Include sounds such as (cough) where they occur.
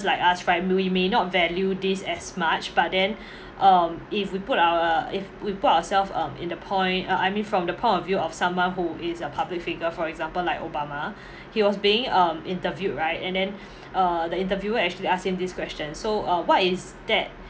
like us right we may not value this as much but then (breath) um if we put our if we put ourselves um in the point I I mean from the point of view of someone who is a public figure for example like obama (breath) he was being um interviewed right and then (breath) uh the interviewer actually ask him this question so uh what is that